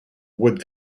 wood